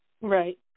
Right